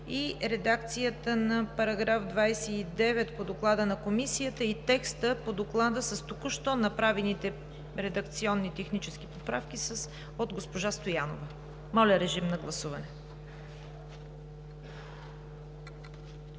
редакцията на § 29 по Доклада на Комисията и текста по Доклада с току-що направените редакционни, технически поправки от госпожа Стоянова. Гласували